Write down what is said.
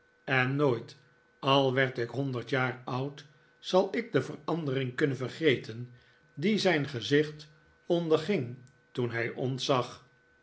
en nooit al werd ik honderd jaar oud zal ik de verandering kunnen vergeten die zijn gezicht onderging toen hij ons zag